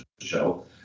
show